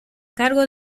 cargo